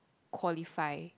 qualify